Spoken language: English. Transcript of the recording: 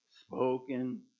spoken